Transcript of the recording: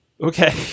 Okay